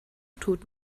tut